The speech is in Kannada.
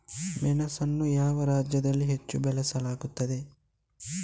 ಮೆಣಸನ್ನು ಯಾವ ರಾಜ್ಯದಲ್ಲಿ ಹೆಚ್ಚು ಬೆಳೆಯಲಾಗುತ್ತದೆ?